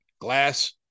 Glass